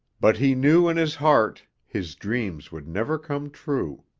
but he knew in his heart his dreams would never come true.